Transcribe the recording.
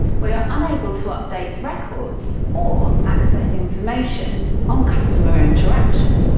we are unable to update records or access information on customer interactions.